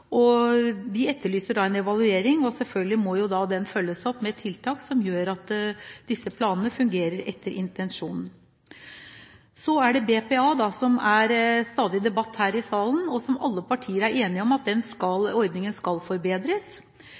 og vi etterlyser en evaluering. Selvfølgelig må dette følges opp med tiltak som gjør at planene fungerer etter intensjonen. Så er det BPA, som det stadig er debatt om her i salen. Alle partiene er enige om at den ordningen skal forbedres.